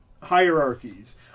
hierarchies